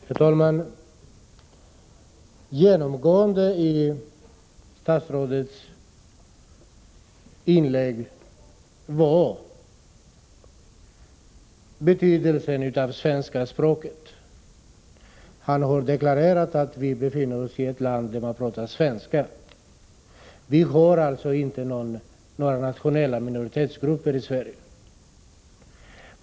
Herr talman! Det som genomgående betonades i statsrådet Göranssons inlägg var betydelsen av svenska språket. Statsrådet deklarerade att vi befinner oss i ett land där man talar svenska. Enligt honom har vi alltså inte några nationella minoritetsgrupper i Sverige.